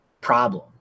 problem